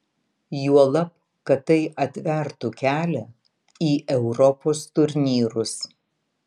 juolab kad tai atvertų kelią į europos turnyrus